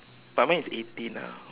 but mine is eighteen ah